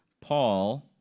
Paul